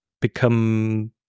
become